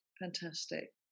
fantastic